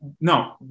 no